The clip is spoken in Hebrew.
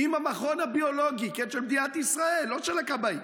אני אומר לך,